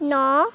ନଅ